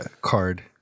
card